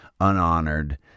unhonored